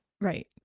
right